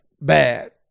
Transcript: bad